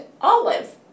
olive